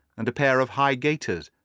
and a pair of high gaiters,